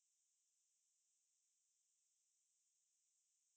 it's a bit like olden time singapore style